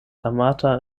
amata